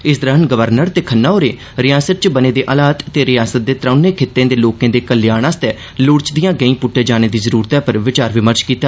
इस दौरान गवर्नर ते खन्ना होरें रिआसत च बने दे हालात ते रिआसत दे त्रौनें खित्तें दे लोकें दे कल्याण लेई लोड़चदिआं गैंई पुट्टे जाने दी जरूरतै पर विचार विमर्श कीता